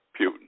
Putin